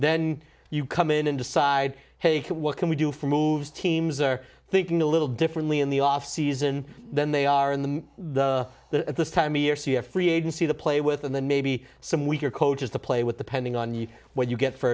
then you come in and decide hey what can we do for moves teams are thinking a little differently in the off season than they are in the at this time of year see a free agency to play with and then maybe some weaker coaches to play with the pending on you when you get for